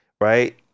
right